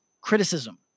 criticism